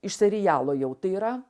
iš serialo jau tai yra